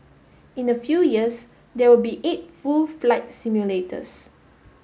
in a few years there will be eight full flight simulators